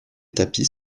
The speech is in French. tapis